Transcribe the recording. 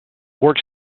work